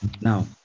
Now